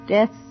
Death